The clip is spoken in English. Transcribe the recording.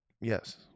Yes